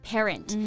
Parent